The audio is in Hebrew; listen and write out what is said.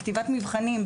בכתיבת מבחנים,